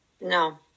No